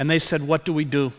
and they said what do we do